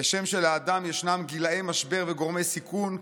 כשם שלאדם ישנם גילאי משבר וגורמי סיכון,